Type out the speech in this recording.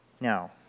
Now